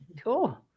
cool